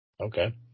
Okay